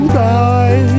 die